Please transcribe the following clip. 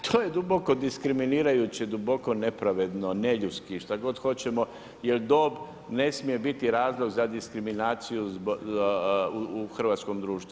Pa to je duboko diskriminirajuće, duboko nepravedno, ne ljudski, šta god hoćemo jer dob ne smije biti razlog za diskriminaciju u hrvatskom društvu.